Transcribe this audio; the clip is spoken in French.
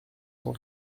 cent